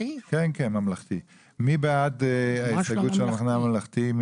מי בעד ההסתייגות של המחנה הממלכתי?